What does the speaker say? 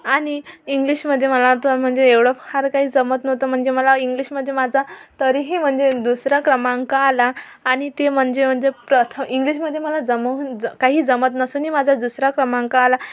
आणि इंग्लिशमध्ये मला तर म्हणजे एवढं फार काही जमत नव्हतं म्हणजे मला इंग्लिशमध्ये माझा तरीही म्हणजे दुसरा क्रमांक आला आणि ते म्हणजे म्हणजे प्रथ इंग्लिशमध्ये मला जमवून काही जमत नसूनही माझा दुसरा क्रमांक आला